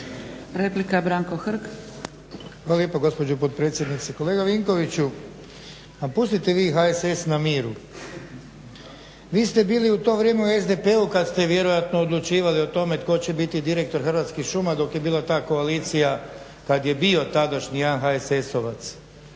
Replika Branko Hrg.